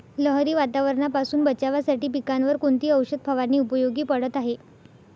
लहरी वातावरणापासून बचावासाठी पिकांवर कोणती औषध फवारणी उपयोगी पडत आहे?